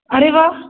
अरे वा